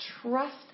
trust